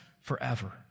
forever